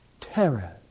terror